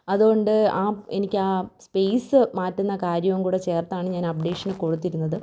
അതുകൊണ്ട് ആ എനിക്കാ സ്പേസ് മാറ്റുന്ന കാര്യോം കൂടെ ചേർത്താണ് ഞാൻ അപ്പ്ഡേഷന് കൊടുത്തിരുന്നത്